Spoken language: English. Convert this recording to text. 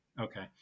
okay